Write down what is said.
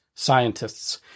Scientists